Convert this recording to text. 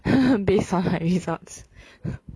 based on the results